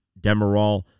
Demerol